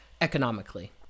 economically